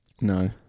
No